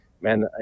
man